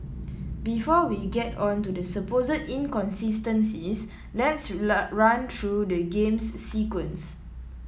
before we get on to the supposed inconsistencies let's run through the game's sequence